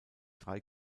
drei